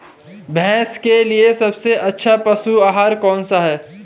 भैंस के लिए सबसे अच्छा पशु आहार कौनसा है?